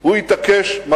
הוא התעקש: מראדונה,